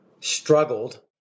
struggled